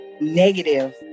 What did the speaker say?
negative